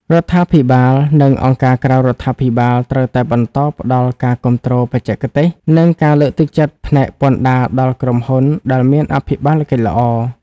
រដ្ឋាភិបាល និងអង្គការក្រៅរដ្ឋាភិបាល ត្រូវតែបន្តផ្ដល់ការគាំទ្របច្ចេកទេស និងការលើកទឹកចិត្តផ្នែកពន្ធដារដល់ក្រុមហ៊ុនដែលមានអភិបាលកិច្ចល្អ។